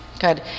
Good